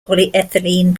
polyethylene